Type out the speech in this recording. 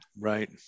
Right